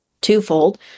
twofold